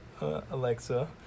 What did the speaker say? alexa